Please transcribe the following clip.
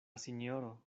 sinjoro